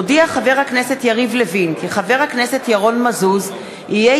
הודיע חבר הכנסת יריב לוין כי חבר הכנסת ירון מזוז יהיה